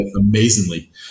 amazingly